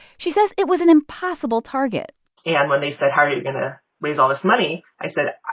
she says it was an impossible target and when they said, how are you going to raise all this money? i said,